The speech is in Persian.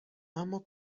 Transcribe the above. اما